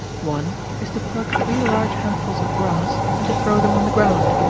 one is to pluck three large handfuls of grass and to throw them on the ground,